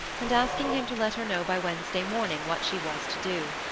and asking him to let her know by wednesday morning what she was to do.